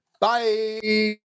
bye